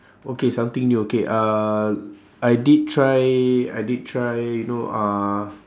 okay something new okay uh I did try I did try you know uh